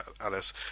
Alice